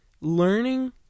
learning